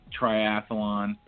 triathlon